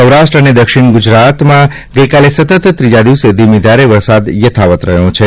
સૌરાષ્ટ્ર અને દક્ષિણ ગુજરાતમાં ગઇકાલે સતત ત્રીજા દિવસે ધીમી ધારે વરસાદ યથાવત રહ્યો છે